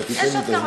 יש עוד כמה,